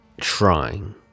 trying